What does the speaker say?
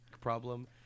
problem